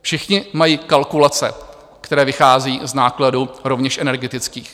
Všichni mají kalkulace, které vychází z nákladů rovněž energetických.